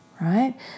right